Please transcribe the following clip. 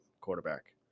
quarterback